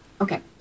okay